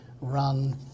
run